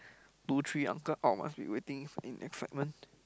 two three uncle out must be waiting in excitement